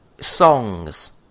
songs